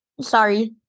Sorry